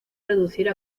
reducir